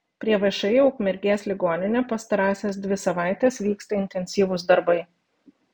prie všį ukmergės ligoninė pastarąsias dvi savaites vyksta intensyvūs darbai